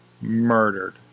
murdered